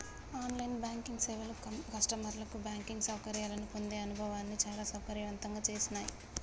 on line banking సేవలు కస్టమర్లకు banking సౌకర్యాలను పొందే అనుభవాన్ని చాలా సౌకర్యవంతంగా చేసినాయ్